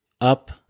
up